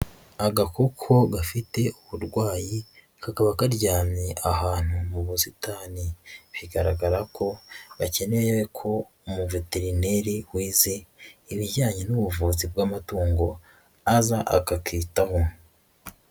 Agakoko gafite uburwayi, kakaba karyamye ahantu mu busitani, bigaragara ko bakeneye ko umuveterineri wize ibijyanye n'ubuvuzi bw'amatungo aza akakitaho.